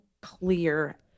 clear